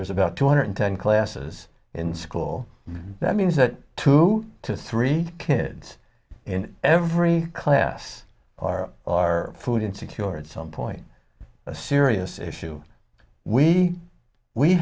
there's about two hundred ten classes in school that means that two to three kids in every class are our food insecurity some point a serious issue we we